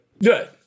Good